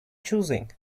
choosing